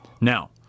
now